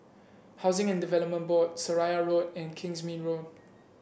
Housing and Development Board Seraya Road and Kingsmead Road